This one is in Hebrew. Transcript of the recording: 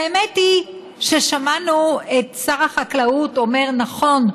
והאמת היא ששמענו את שר החקלאות אומר: נכון,